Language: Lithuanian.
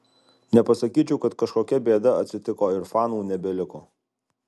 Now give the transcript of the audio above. nepasakyčiau kad kažkokia bėda atsitiko ir fanų nebeliko